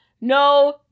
No